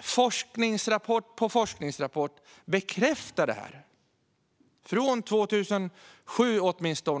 Forskningsrapport efter forskningsrapport sedan åtminstone 2007 bekräftar detta.